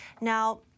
Now